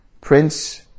Prince